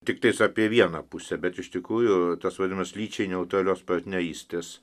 tiktais apie vieną pusę bet iš tikrųjų tas vadinasi lyčiai neutralios partnerystės